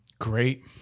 Great